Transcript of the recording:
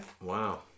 Wow